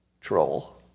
troll